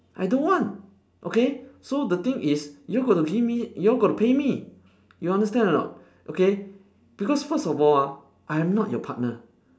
I don't want okay so the thing is you got to give me you got to pay me you understand or not okay because first of all ah I'm not your partner